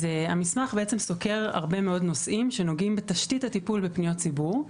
המסמך סוקר הרבה מאוד נושאים שנוגעים בתשתית הטיפול בפניות ציבור.